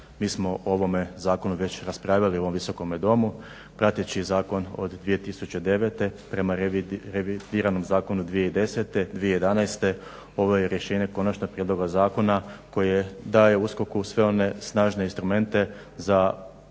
Mi smo o ovome zakonu već raspravljali u ovom Visokome domu. Prateći zakon od 2009. prema revidiranom Zakonu 2010., 2011. ovo je rješenje konačnog prijedloga zakona koji daje USKOK-u sve one snažne instrumente za osnovno